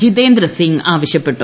ജിതേന്ദ്ര സിംഗ് ആവശ്യപ്പെട്ടു